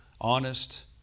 honest